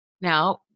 Now